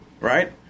Right